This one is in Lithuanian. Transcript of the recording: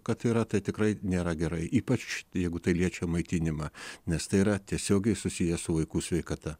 kad yra tai tikrai nėra gerai ypač jeigu tai liečia maitinimą nes tai yra tiesiogiai susiję su vaikų sveikata